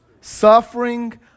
suffering